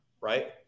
Right